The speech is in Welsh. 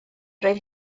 roedd